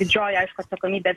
didžioji aišku atsakomybė